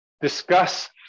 discuss